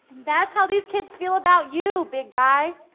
that's how these kids feel about you big guy.